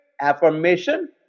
affirmation